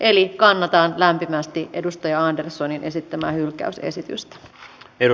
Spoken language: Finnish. eli kannatan lämpimästi edustaja anderssonin esittämää hylkäysesitystä